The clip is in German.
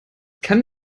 kann